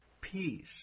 peace